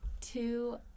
two